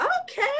Okay